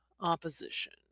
opposition